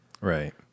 Right